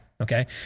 okay